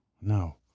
No